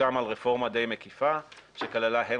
הוסכם על רפורמה די מקיפה שכללה הן